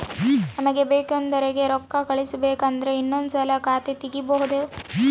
ನಮಗೆ ಬೇಕೆಂದೋರಿಗೆ ರೋಕ್ಕಾ ಕಳಿಸಬೇಕು ಅಂದ್ರೆ ಇನ್ನೊಂದ್ಸಲ ಖಾತೆ ತಿಗಿಬಹ್ದ್ನೋಡು